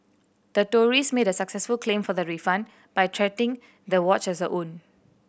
the tourist made a successful claim for the refund by treating the watch as her own